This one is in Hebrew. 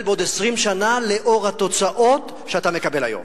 בעוד 20 שנה לנוכח התוצאות שאתה מקבל היום?